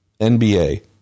NBA